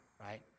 right